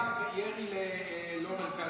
היה מתבצע ירי לא למרכז מסה.